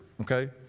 Okay